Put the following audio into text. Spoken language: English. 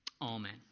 Amen